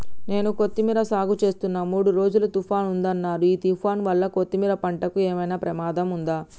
నేను కొత్తిమీర సాగుచేస్తున్న మూడు రోజులు తుఫాన్ ఉందన్నరు ఈ తుఫాన్ వల్ల కొత్తిమీర పంటకు ఏమైనా ప్రమాదం ఉందా?